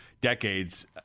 decades